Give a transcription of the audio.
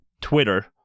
Twitter